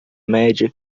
média